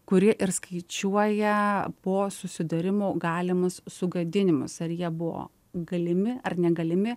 kurie ir skaičiuoja po susidūrimo galimus sugadinimus ar jie buvo galimi ar negalimi